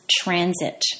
transit